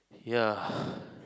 ya